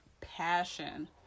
passion